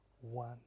one